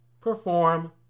perform